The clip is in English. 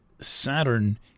Saturn